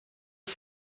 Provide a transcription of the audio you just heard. are